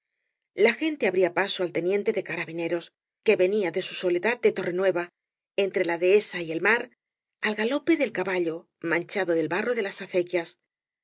la gente abría paso al teniente de carabineros que venía de su soledad de torre nueva entre la dehesa y el mar al galope del eaballo manchado del barro de laa acequias